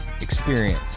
experience